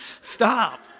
Stop